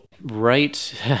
right